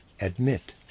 admit